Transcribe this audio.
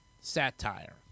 satire